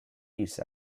use